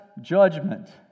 judgment